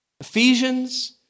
Ephesians